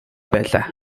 байлаа